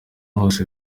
hose